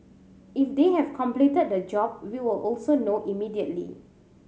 if they have completed the job we will also know immediately